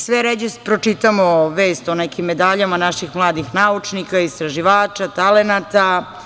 Sve ređe pročitamo vest o nekim medaljama naših mladih naučnika, istraživača, talenata.